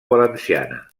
valenciana